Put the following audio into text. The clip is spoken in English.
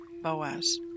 Boaz